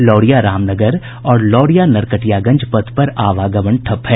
लौरिया रामनगर और लौरिया नरकटियागंज पथ पर आवागमन ठप है